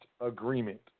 agreement